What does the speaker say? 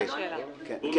תודה, לאה.